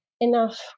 enough